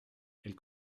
elles